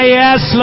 yes